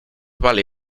vale